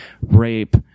rape